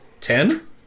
Ten